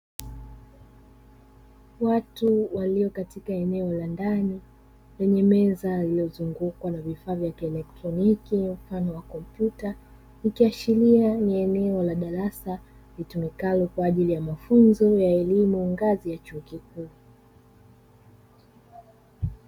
Watu walio katika eneo la ndani lenye meza iliozungukwa na vifaa vya kielektroniki mfano wa kompyuta, ikiashiria ni eneo la darasa litumikalo kwa ajili ya mafunzo ya elimu ngazi ya chuo kikuu.